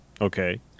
Okay